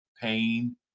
pain